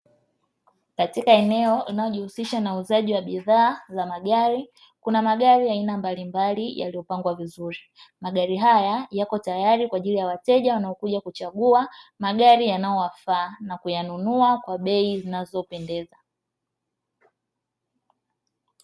Katika eneo linalojihusisha na uuzaji wa bidhaa za magari kuna magari ya aina mbalimbali yaliyopangwa vizuri. Magari haya yako tayari kwa ajili ya wateja wanaokuja kuchagua magari yanayowafaa na kuyanunua kwa bei zinazopendeza.